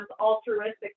altruistic